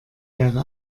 wäre